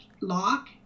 lock